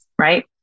Right